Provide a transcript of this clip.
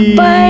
Bye